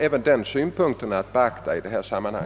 Också säljarintresset måste alltså beaktas.